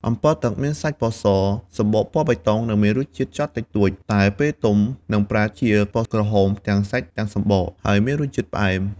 អម្ពិលទឹក មានសាច់ពណ៌ស សម្បកពណ៌បៃតង និងមានរសជាតិចត់តិចតួច តែពេលទុំនឹងប្រែជាពណ៌ក្រហមទាំងសាច់ទាំងសម្បក ហើយមានរសជាតិផ្អែម។